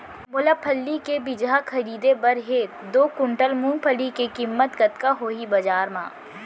मोला फल्ली के बीजहा खरीदे बर हे दो कुंटल मूंगफली के किम्मत कतका होही बजार म?